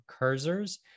cursors